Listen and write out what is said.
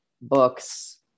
books